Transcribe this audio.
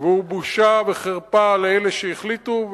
והוא בושה וחרפה לאלה שהחליטו,